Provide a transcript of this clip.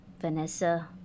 Vanessa